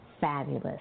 fabulous